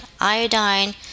iodine